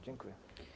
Dziękuję.